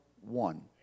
one